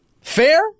Fair